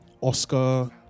Oscar